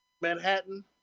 Manhattan